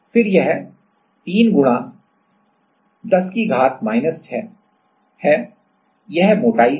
फिर एक 310 6 यह मोटाई है